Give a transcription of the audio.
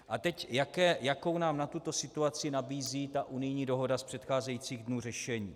A teď jakou nám na tuto situaci nabízí unijní dohoda z předcházejících dnů řešení.